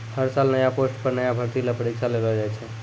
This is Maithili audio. हर साल नया पोस्ट पर नया भर्ती ल परीक्षा लेलो जाय छै